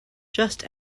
just